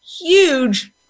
huge